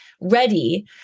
ready